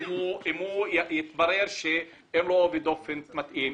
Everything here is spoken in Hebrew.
אם יתברר שאין לו עובי דופן מתאים,